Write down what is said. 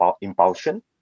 Impulsion